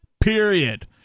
period